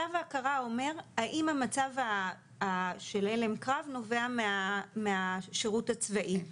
שלב ההכרה אומר האם המצב של הלם קרב נובע מהשירות הצבאי.